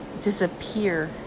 disappear